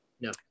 no